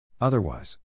Otherwise